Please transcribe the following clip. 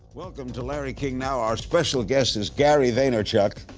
welcome to larry king now, our special guest is gary vaynerchuk,